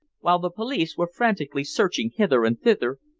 while the police were frantically searching hither and thither,